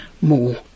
more